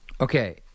Okay